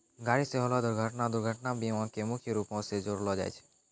गाड़ी से होलो दुर्घटना दुर्घटना बीमा मे मुख्य रूपो से जोड़लो जाय छै